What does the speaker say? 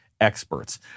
experts